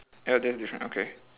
ya that's different okay